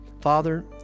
Father